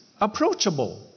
approachable